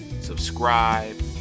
subscribe